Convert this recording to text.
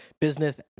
business